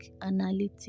Analytics